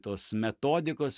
tos metodikos